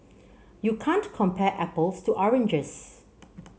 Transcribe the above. you can't compare apples to oranges